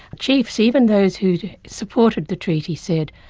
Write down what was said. chiefs, even those who'd supported the treaty said,